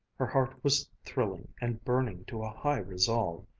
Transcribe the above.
her heart was thrilling and burning to a high resolve.